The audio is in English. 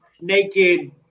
naked